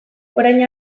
orain